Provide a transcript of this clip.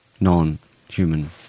non-human